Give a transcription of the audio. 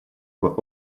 for